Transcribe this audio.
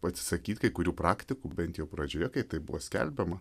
atsisakyt kai kurių praktikų bent jau pradžioje kai tai buvo skelbiama